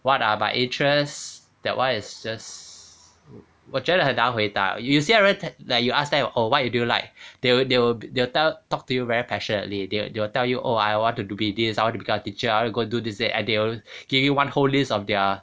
what are my interest that [one] is just 我觉得很难回答有些人 like you ask them oh what you do you like they'll they'll tell talk to you very passionately they'll they'll tell you oh I want to be this I want to become teacher I want to go do this or they will give you one whole list of their